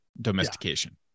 domestication